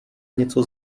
něco